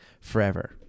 forever